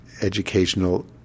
educational